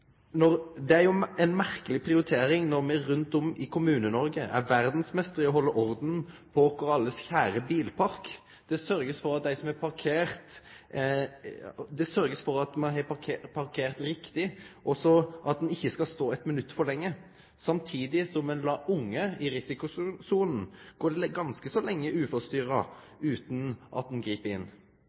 når me rundt om i Kommune-Noreg er verdsmeistrar i å halde orden på vår alles kjære bilpark. Det blir sørgt for at ein har parkert riktig og for at ein ikkje skal stå eitt minutt for lenge, samtidig som ein lèt unge i risikosona gå ganske så lenge uforstyrra utan at ein grip inn.